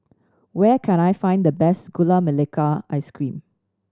where can I find the best Gula Melaka Ice Cream